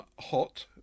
hot